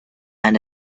and